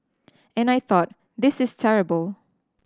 and I thought this is terrible